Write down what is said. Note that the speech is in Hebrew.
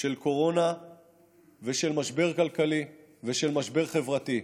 של קורונה ושל משבר כלכלי ושל משבר חברתי.